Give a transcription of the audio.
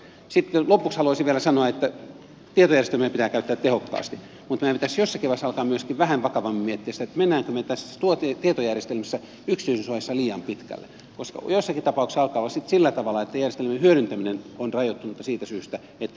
sitten lopuksi haluaisin vielä sanoa että tietojärjestelmiä pitää käyttää tehokkaasti mutta meidän pitäisi jossakin vaiheessa alkaa myöskin vähän vakavammin miettiä sitä menemmekö me tietojärjestelmissä yksityisyysohjeissa liian pitkälle koska joissakin tapauksissa alkaa olla sitten sillä tavalla että järjestelmien hyödyntäminen on rajoittunutta siitä syystä että yksityisyydensuojaa korostetaan aivan tarpeettoman paljon